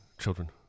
children